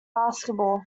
basketball